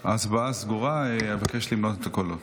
ההצבעה סגורה, אבקש למנות את הקולות.